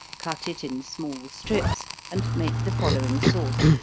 cut it in small strips, and make the following sauce,